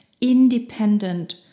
independent